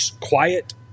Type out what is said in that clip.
quiet